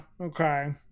okay